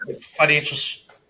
Financial